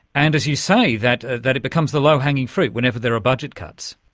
and as you say, that ah that it becomes the low hanging fruit whenever there are budget cuts.